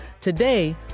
Today